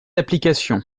d’application